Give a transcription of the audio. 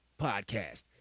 podcast